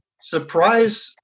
surprise